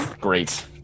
Great